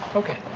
okay.